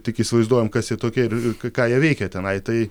tik įsivaizduojam kas jie tokie ir ką jie veikia tenai tai